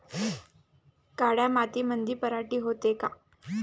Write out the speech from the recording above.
काळ्या मातीमंदी पराटी होते का?